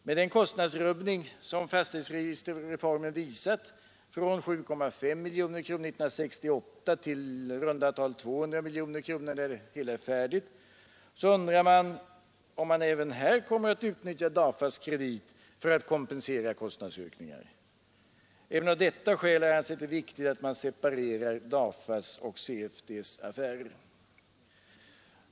Med den kostnadsrubbning som fastighetsregisterreformen visat från 7,5 miljoner kronor 1968 till i runda tal 200 miljoner kronor när det hela är färdigt, så undrar man om även här DAFA :s kredit skall komma att utnyttjas för att kompensera kostnadsökningar. Även av detta skäl har jag ansett det vara viktigt att man separerar DAFA:s och CFD:s affärer.